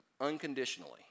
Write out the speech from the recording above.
unconditionally